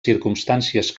circumstàncies